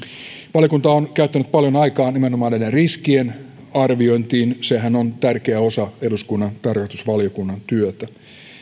valiokunta on käyttänyt paljon aikaa nimenomaan näiden riskien arviointiin sehän on tärkeä osa eduskunnan tarkastusvaliokunnan työtä